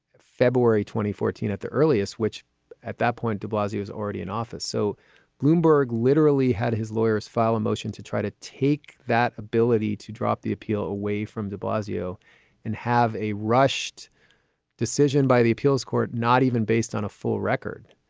fourteen at the earliest, which at that point de blasio is already in office. so bloomberg literally had his lawyers file a motion to try to take that ability to drop the appeal away from de blasio and have a rushed decision by the appeals court, not even based on a full record,